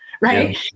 right